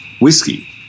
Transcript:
whiskey